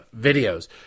videos